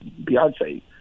Beyonce